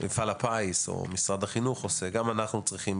מנצלים את הכסף שצבוע, כמה באמת בנו,